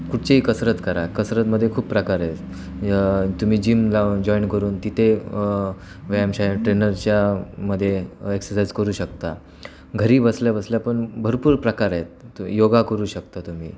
कुठचीही कसरत करा कसरतमध्ये खूप प्रकार आहेत तुम्ही जिम लावून जॉईन करून तिथे व्यायामशाळा ट्रेनरच्यामध्ये एक्ससाईज करू शकता घरी बसल्या बसल्या पण भरपूर प्रकार आहेत तो योगा करू शकता तुम्ही